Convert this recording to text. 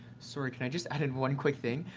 sorry. can i just add in one quick thing?